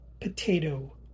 potato